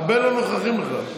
הרבה לא נוכחים בכלל.